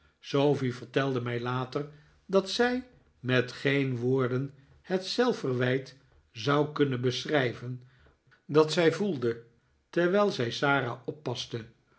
sofie vertelde mij later dat zij met geen woorden het zelfverwijt zou kunnen beschrijven dat zij voelde terwijl zij sara oppaste